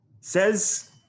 Says